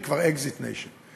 היא כבר Exit Nation.